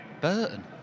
Burton